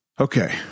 Okay